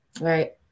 Right